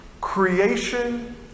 creation